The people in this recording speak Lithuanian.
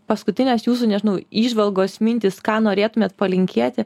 paskutinės jūsų nežinau įžvalgos mintys ką norėtumėt palinkėti